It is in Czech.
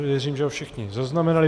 Věřím, že ho všichni zaznamenali.